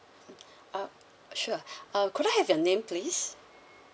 uh sure uh could I have your name please